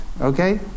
Okay